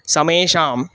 समेषां